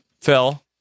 Phil